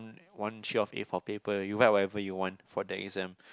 one sheet of A four paper you write whatever you want for the exam